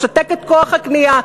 משתק את כוח הקנייה,